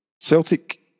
Celtic